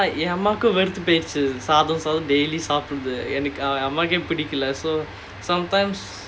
என் அம்மாக்கு வெறுத்து போய்டுச்சு சாதம் சாதம்னு சாப்பிடறது என் அம்மாவுக்கே பிடிக்கல:en ammakku veruthu poyiduchu saadham saadhamnu saappidrathu en ammavukkae pidikkala so sometimes